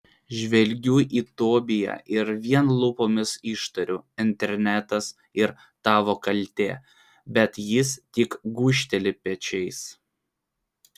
žvelgiu į tobiją ir vien lūpomis ištariu internetas ir tavo kaltė bet jis tik gūžteli pečiais